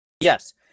Yes